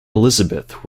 elizabeth